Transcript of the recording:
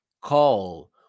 call